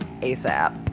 ASAP